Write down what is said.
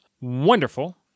wonderful